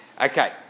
Okay